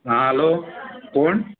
आ हालो कोण